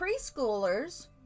preschoolers